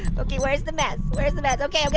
okay, where's the mess, where is the mess? okay, okay,